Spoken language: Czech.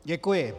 Děkuji.